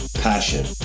passion